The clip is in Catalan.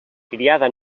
criada